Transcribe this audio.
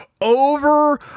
over